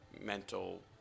mental